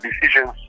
decisions